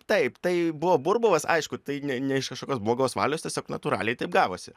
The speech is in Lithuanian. taip tai buvo burbulas aišku tai ne ne iš kažkokios blogos valios tiesiog natūraliai taip gavosi